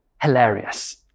hilarious